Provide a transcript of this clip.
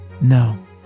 No